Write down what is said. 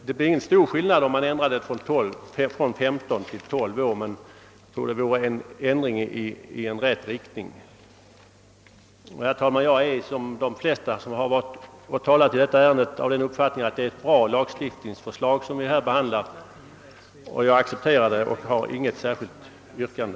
Det blir ingen stor skillnad praktiskt om man ändrar gränsen från 15 till 12 år, men jag tror ändå att det vore en ändring i rätt riktning. Herr talman! I likhet med de flesta som talat i detta ärende har jag den uppfattningen, att det är ett bra lagstiftningsförslag som vi nu behandlar. Jag accepterar förslaget och har inte något särskilt yrkande.